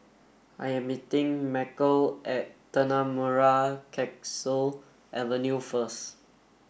I am meeting Macel at Tanah Merah Kechil Avenue first